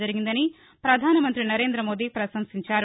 జరిగిందని ప్రధానమంగ్రి నరేంద్రమోదీ ప్రసంశించారు